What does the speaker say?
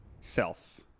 self